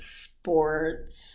sports